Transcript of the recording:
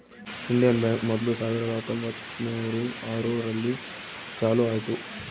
Indian Bank ಮೊದ್ಲು ಸಾವಿರದ ಹತ್ತೊಂಬತ್ತುನೂರು ಆರು ರಲ್ಲಿ ಚಾಲೂ ಆಯ್ತು